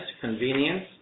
convenience